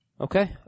Okay